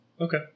Okay